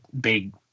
big